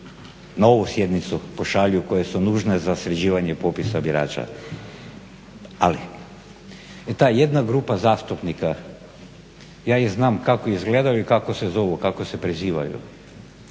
na ovu sjednicu pošalju koje su nužne za sređivanje popisa birača. Ali ta jedna grupa zastupnika ja ih znam kako izgledaju i kako se zovu kako se prezivaju